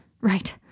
Right